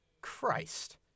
Christ